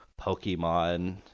Pokemon